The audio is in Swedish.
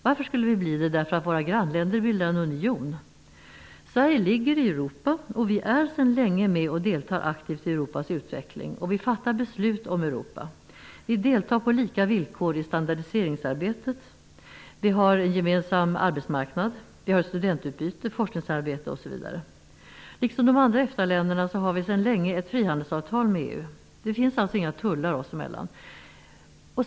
Varför skulle vi bli det därför att våra grannländer bildar en union? Sverige ligger i Europa, och vi är sedan länge med och deltar aktivt i Europas utveckling och fattar beslut om Europa. Vi deltar på lika villkor i standardiseringsarbetet, har en gemensam arbetsmarknad, ett gemensamt studentutbyte, forskningssamarbete osv. Liksom de andra EFTA-länderna har vi sedan länge ett frihandelsavtal med EU. Det finns alltså inga tullar oss emellan.